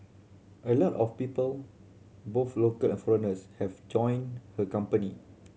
a lot of people both local and foreigners have enjoyed her company